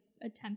attempt